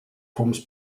forms